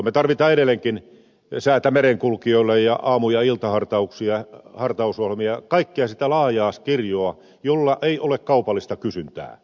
me tarvitsemme edelleenkin säätä merenkulkijoille ja aamu ja iltahartausohjelmia kaikkea sitä laajaa kirjoa jolla ei ole kaupallista kysyntää